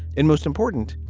and most important,